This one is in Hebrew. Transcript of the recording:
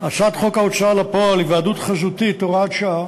הצעת חוק ההוצאה לפועל (היוועדות חזותית) (הוראת שעה),